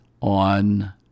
on